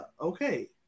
Okay